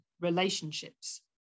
relationships